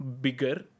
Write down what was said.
bigger